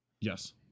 Yes